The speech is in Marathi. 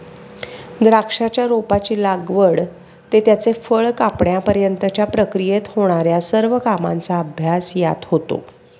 द्राक्षाच्या रोपाची लागवड ते त्याचे फळ कापण्यापर्यंतच्या प्रक्रियेत होणार्या सर्व कामांचा अभ्यास यात होतो